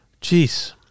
Jeez